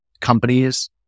companies